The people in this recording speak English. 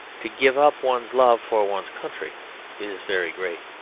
to give up one's love for one's country is very great.